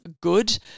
good